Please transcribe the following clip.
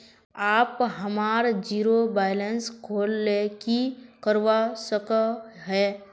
आप हमार zero balance खोल ले की करवा सके है?